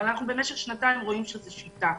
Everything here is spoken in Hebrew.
אבל אנחנו במשך שנתיים רואים שזו שיטה.